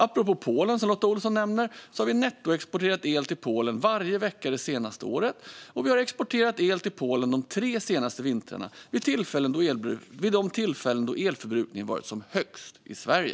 Apropå Polen, som Lotta Olsson nämner, har vi nettoexporterat el till Polen varje vecka det senaste året, och vi har exporterat el till Polen de tre senaste vintrarna vid de tillfällen då elförbrukningen varit som högst i Sverige.